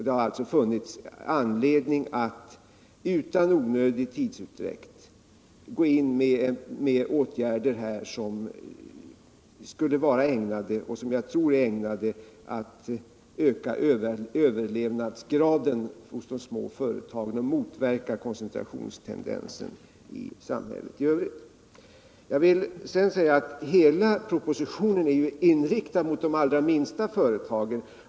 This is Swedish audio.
Det har alltså funnits anledning att utan onödig tidsutdräkt gå in med åtgärder som skulle vara ägnade — och som jag tror också är det — att öka överlevnadsgraden hos de små företagen och motverka koncentrationstendensen i samhället i övrigt. Propositionen är vidare inriktad på de allra minsta företagen.